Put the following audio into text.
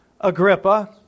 Agrippa